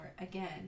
again